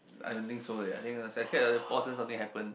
I don't think so eh I I scared pause then something happen